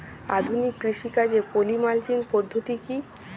আধুনিক কৃষিকাজে poly mulching পদ্ধতি কি?